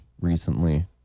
recently